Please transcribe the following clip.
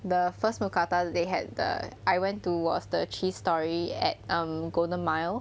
the first mookata they had the I went to was the cheese story at um golden mile